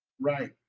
Right